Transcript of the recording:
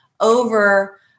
over